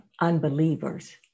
unbelievers